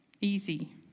Easy